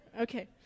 okay